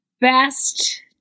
best